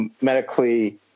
medically